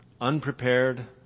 unprepared